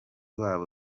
wabo